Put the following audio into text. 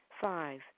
Five